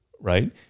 Right